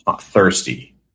thirsty